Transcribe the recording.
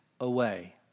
away